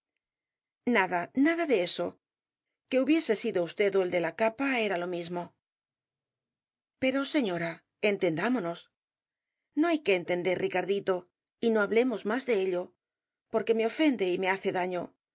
nada nada de eso que hubiese sido usted ó el de la capa era lo mismo pero señora entendámonos no hay que entender ricardito y no hablemos más de ello porque me ofende y me hace daño